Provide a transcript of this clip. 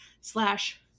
slash